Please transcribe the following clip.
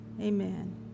Amen